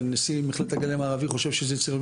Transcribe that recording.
ונשיא מכללת הגליל המערבי חושב שזה מציאותי,